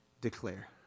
declare